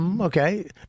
Okay